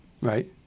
Right